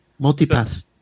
Multipass